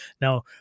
Now